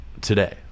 today